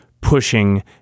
pushing